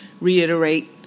Reiterate